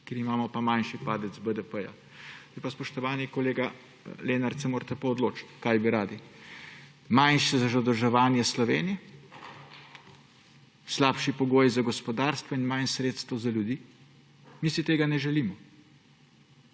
kjer imamo pa manjši padec BDP-ja. Zdaj pa, spoštovani kolega Lenart, se morate pa odločiti, kaj bi radi: manjše zadolževanje Slovenije ‒ slabši pogoji za gospodarstvo in manj sredstev za ljudi. Mi si tega ne želimo.